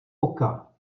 oka